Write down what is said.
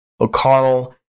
O'Connell